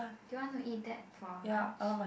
do you wanna eat that for lunch